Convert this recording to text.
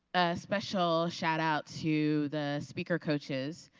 ah special shout out to the speaker coaches